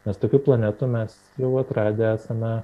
nes tokių planetų mes jau atradę esame